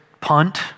punt